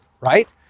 right